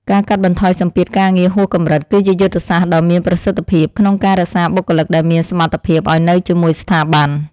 ការកាត់បន្ថយសម្ពាធការងារហួសកម្រិត គឺជាយុទ្ធសាស្ត្រដ៏មានប្រសិទ្ធភាពក្នុងការរក្សាបុគ្គលិកដែលមានសមត្ថភាពឱ្យនៅជាមួយស្ថាប័ន។